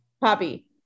poppy